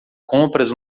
compras